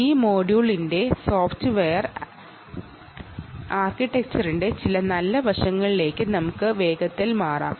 ഈ മൊഡ്യൂളിന്റെ സോഫ്റ്റ്വെയർ ആർക്കിടെക്ചറിന്റെ ചില നല്ല വശങ്ങളിലേക്ക് നമുക്ക് വേഗത്തിൽ നോക്കാം